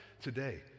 today